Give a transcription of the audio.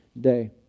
day